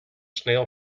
snail